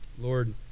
Lord